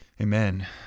amen